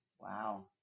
Wow